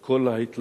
את כל ההתלבטויות